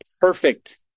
perfect